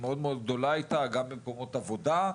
גם במקומות עבודה.